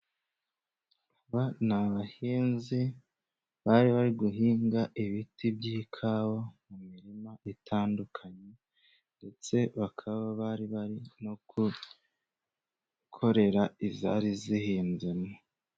Aba ni abahinzi bari bari guhinga ibiti by'ikawa mu mirima itandukanye, ndetse bakaba bari bari no gukorera izari zihinzemo.